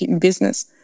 business